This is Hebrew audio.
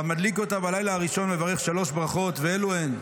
והמדליק אותה בלילה הראשון מברך שלוש ברכות ואלו הן: